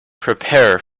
prepare